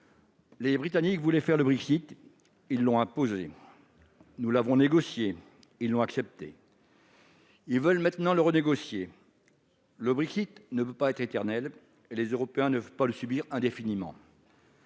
les Britanniques voulaient faire le Brexit. Ils nous l'ont imposé. Nous l'avons négocié. Ils l'ont accepté. Ils veulent maintenant le renégocier. Le Brexit ne peut pas être éternel et les Européens ne peuvent pas le subir indéfiniment